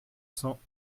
cents